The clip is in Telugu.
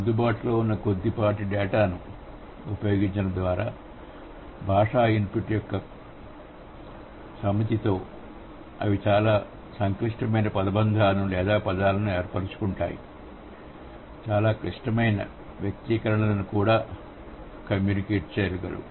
అందుబాటులో ఉన్న కొద్దిపాటి డేటాను సమాచారం ఉపయోగించడం ద్వారా భాషా ఇన్పుట్ యొక్క పరిమిత సమితితో అవి చాలా సంక్లిష్టమైన పదబంధాలను లేదా పదాలను ఏర్పరుస్తాయి చాలా క్లిష్టమైన వ్యక్తీకరణలను కూడా కమ్యూనికేట్ చేయగలవు